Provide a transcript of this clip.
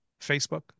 Facebook